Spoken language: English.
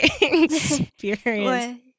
experience